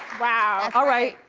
wow. alright,